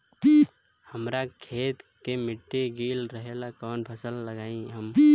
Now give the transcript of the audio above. हमरा खेत के मिट्टी गीला रहेला कवन फसल लगाई हम?